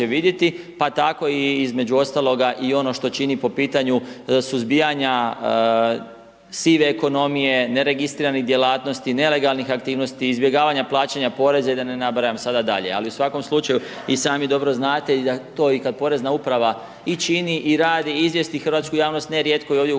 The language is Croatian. pa tako i između ostalog i ono što čini po pitanju suzbijanja sive ekonomije, neregistriranih djelatnosti, nelegalnih aktivnosti, izbjegavanja plaćanja poreza i da ne nabrajam sada dalje, ali u svakom slučaju, i sami dobro znate i da to i kad Porezna uprava i čini i radi i izvijesti Hrvatsku javnost, nerijetko i ovdje u